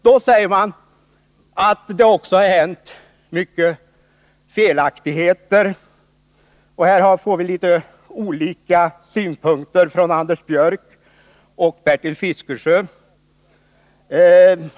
Det framhålls också att det förekommit många felaktigheter, och det lämnas en del motstridiga synpunkter från Anders Björck och Bertil Fiskesjö.